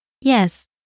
Yes